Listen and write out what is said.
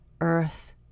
earth